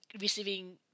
receiving